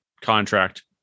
contract